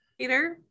Peter